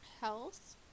health